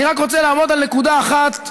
אני רק רוצה לעמוד על נקודה אחת,